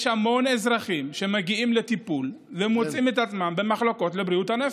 יש המון אזרחים שמגיעים לטיפול ומוצאים את עצמם במחלקות לבריאות הנפש.